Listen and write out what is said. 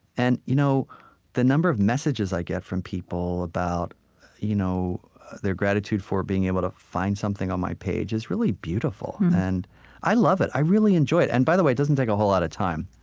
and you know the number of messages i get from people about you know their gratitude for being able to find something on my page is really beautiful and i love it. i really enjoy it. and by the way, it doesn't take a whole lot of time.